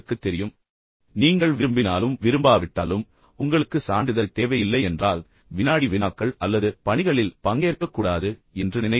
இப்போது நீங்கள் விரும்பினாலும் விரும்பாவிட்டாலும் உங்களுக்கு சான்றிதழ் தேவையில்லை என்றால் நீங்கள் வினாடி வினாக்கள் அல்லது பணிகளில் பங்கேற்கக்கூடாது என்று நினைக்க வேண்டாம்